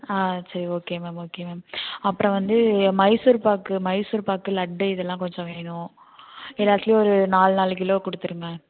ஆ சரி okay ma'am okay ma'am அப்புறம் வந்து மைசூர் பாக்கு மைசூர் பாக்கு லட்டு இதெல்லாம் கொஞ்சம் வேணும் எல்லாத்திலையும் ஒரு நாலு நாலு கிலோ கொடுத்துருங்க